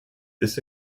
this